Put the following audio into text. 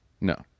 No